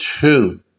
two